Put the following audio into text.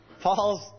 Paul's